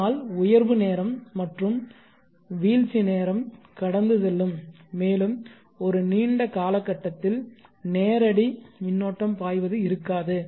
இதனால் உயர்வு நேரம் மற்றும் வீழ்ச்சி நேரம் கடந்து செல்லும் மேலும் ஒரு நீண்ட காலகட்டத்தில் நேரடி மின்னோட்டம் பாய்வது இருக்காது